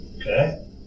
Okay